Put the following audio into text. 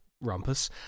rumpus